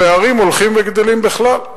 יודע שהפערים הולכים וגדלים בכלל.